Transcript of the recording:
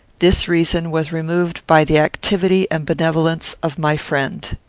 this reason was removed by the activity and benevolence of my friend.